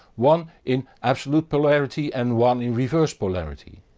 one in absolute polarity and one in reversed polarity.